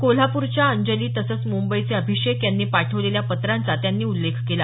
कोल्हापूरच्या अंजली तसंच मुंबईचे अभिषेक यांनी पाठवलेल्या पत्रांचा त्यांनी उल्लेख केला